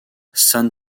san